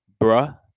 bruh